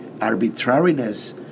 arbitrariness